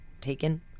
taken